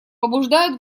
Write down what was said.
побуждают